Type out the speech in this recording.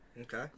Okay